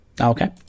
Okay